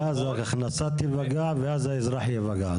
ואז ההכנסה תיפגע ואז האזרח ייפגע.